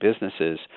businesses